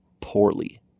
poorly